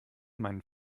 meinen